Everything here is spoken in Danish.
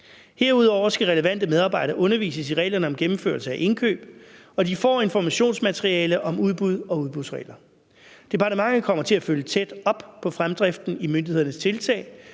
Herudover skal relevante medarbejdere undervises i reglerne om gennemførelse af indkøb, og de får informationsmateriale om udbud og udbudsregler. Departementet kommer til at følge tæt op på fremdriften i myndighedernes tiltag